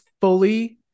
fully